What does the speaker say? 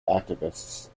activists